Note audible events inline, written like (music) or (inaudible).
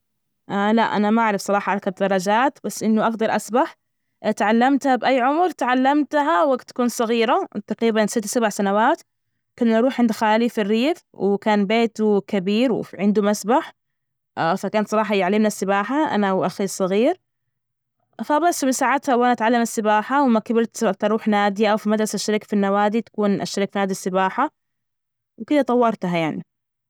(hesitation) لأ، أنا ما أعرف صراحة اركب درجات، بس إنه اجدر أسبح تعلمتها بأي عمر تعلمتها، وقت تكون صغيرة، تقريبا ست، سبع سنوات كنا نروح عند خالي في الريف، وكان بيته كبير وعنده مسبح، أصلا كان صراحة يعلمنا السباحة، أنا وأخي الصغير. فبس من ساعتها وأنا أتعلم السباحة، وأما كبرت سرت أروح نادي أو في مدرسة اشترك في النوادي، تكون اشترك فى نادي السباحة، وكده طورتها يعني.